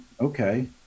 okay